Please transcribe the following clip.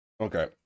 Okay